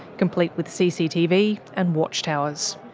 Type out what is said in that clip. complete with cctv and watchtowers.